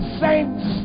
saints